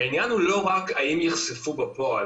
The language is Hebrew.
העניין הוא לא רק האם ייחשפו מקורות בפועל,